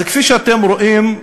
אז כפי שאתם רואים,